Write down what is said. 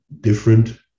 different